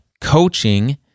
coaching